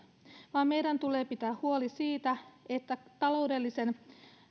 vaan meidän tulee pitää huoli siitä että taloudellisen